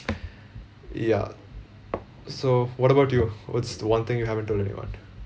ya so what about you what's the one thing you haven't told anyone